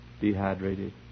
dehydrated